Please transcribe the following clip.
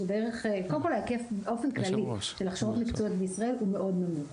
קודם כל ההיקף באופן כללי של הכשרות מקצועיות בישראל הוא מאוד נמוך,